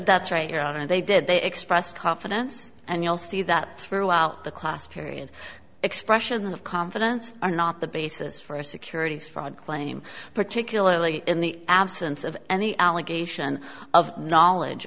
that's right here and they did they express confidence and you'll see that throughout the class period expressions of confidence are not the basis for securities fraud claim particularly in the absence of any allegation of knowledge